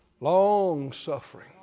Long-suffering